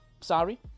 sorry